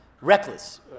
reckless